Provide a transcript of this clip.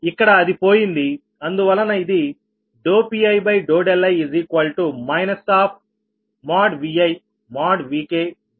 ఇక్కడ అది పోయింది అందువలన ఇది Pii ViVkBik